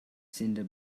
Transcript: cinder